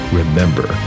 remember